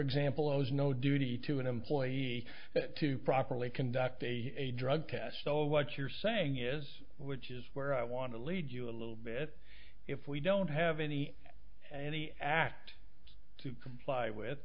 example owes no duty to an employee to properly conduct a drug test so what you're saying is which is where i want to lead you a little bit if we don't have any any act to comply with